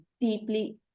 deeply